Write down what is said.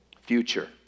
future